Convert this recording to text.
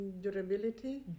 durability